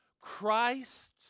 Christ's